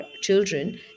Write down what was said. children